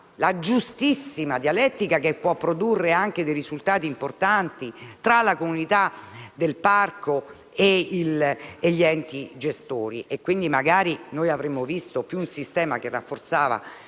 la giustissima dialettica - può produrre anche risultati importanti - tra la comunità del parco e gli enti gestori, per cui magari avremmo visto un sistema che rafforzava